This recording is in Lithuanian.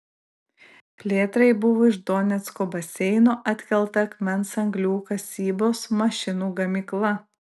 plėtrai buvo iš donecko baseino atkelta akmens anglių kasybos mašinų gamykla